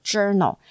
Journal